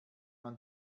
man